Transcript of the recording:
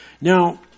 Now